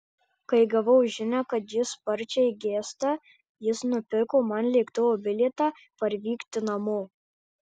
kai gavau žinią kad ji sparčiai gęsta jis nupirko man lėktuvo bilietą parvykti namo